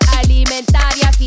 alimentaria